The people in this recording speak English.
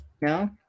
No